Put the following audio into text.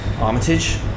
Armitage